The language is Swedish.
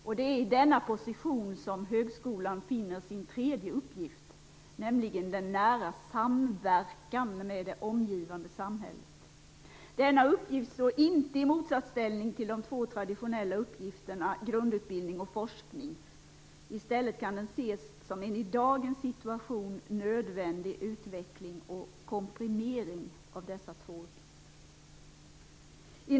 I denna position finner högskolan sin tredje uppgift, nämligen den nära samverkan med det omgivande samhället. Denna uppgift står inte i motsatsställning till de två traditionella uppgifterna, grundutbildning och forskning. I stället kan den ses som en i dagens situation nödvändig utveckling och komprimering av dessa två uppgifter.